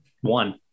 one